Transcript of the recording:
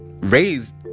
raised